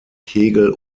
kegel